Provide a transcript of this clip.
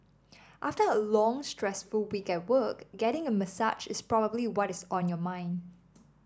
after a long stressful week at work getting a massage is probably what is on your mind